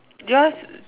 yours